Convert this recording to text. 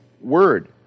word